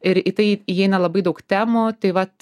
ir į tai įeina labai daug temų taip pat